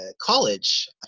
college